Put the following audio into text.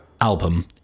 album